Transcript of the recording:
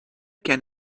can